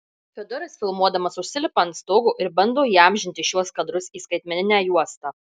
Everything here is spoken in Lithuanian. fiodoras filmuodamas užsilipa ant stogo ir bando įamžinti šiuos kadrus į skaitmeninę juostą